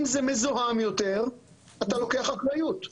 אם זה מזוהם יותר, אתה לוקח אחריות.